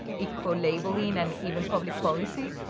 ecolabelling and even public policy.